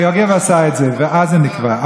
יוגב עשה את זה ואז זה נקבע.